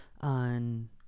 on